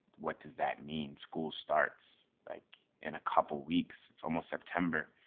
what does that mean? school starts like in a couple weeks. it's almost september.